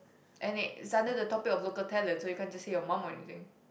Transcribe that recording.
and it is under the topic of local talent so you can't just say your mum or anything